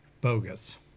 bogus